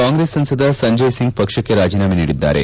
ಕಾಂಗ್ರೆಸ್ ಸಂಸದ ಸಂಜಯ್ ಸಿಂಗ್ ಪಕ್ಷಕ್ಕೆ ರಾಜೀನಾಮೆ ನೀಡಿದ್ದಾರೆ